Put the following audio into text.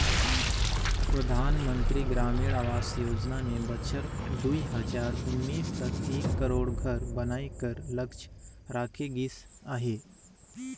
परधानमंतरी ग्रामीण आवास योजना में बछर दुई हजार उन्नीस तक एक करोड़ घर बनाए कर लक्छ राखे गिस अहे